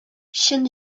чын